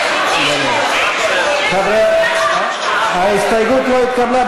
חבר'ה, ההסתייגות לא התקבלה.